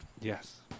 Yes